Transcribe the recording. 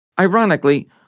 Ironically